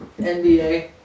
NBA